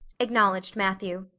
acknowledged matthew.